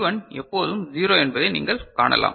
D1 எப்போதும் 0 என்பதை நீங்கள் காணலாம்